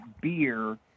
beer